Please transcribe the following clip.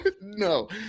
No